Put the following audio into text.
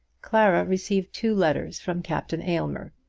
clara received two letters from captain aylmer,